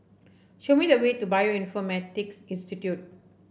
show me the way to Bioinformatics Institute